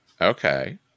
Okay